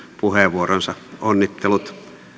puheenvuoronsa onnittelut